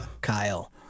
Kyle